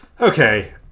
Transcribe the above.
Okay